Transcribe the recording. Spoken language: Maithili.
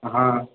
हँ